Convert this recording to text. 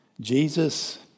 Jesus